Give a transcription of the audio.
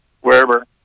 wherever